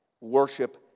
Worship